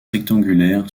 rectangulaire